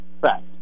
fact